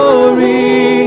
Glory